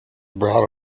brought